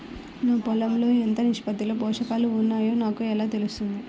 నా పొలం లో ఎంత నిష్పత్తిలో పోషకాలు వున్నాయో నాకు ఎలా తెలుస్తుంది?